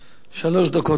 שלוש דקות לרשותך.